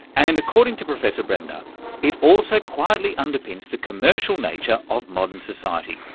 and according to professor bremner it also quietly underpins the commercial nature of modern society,